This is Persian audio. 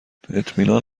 اطمینان